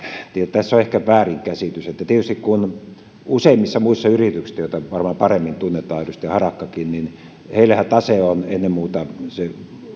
tässä on ehkä väärinkäsitys tietysti useimmissa muissa yrityksissähän joita varmaan paremmin tunnetaan edustaja harakkakin tase ennen muuta